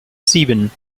sieben